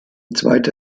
zweite